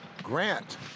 Grant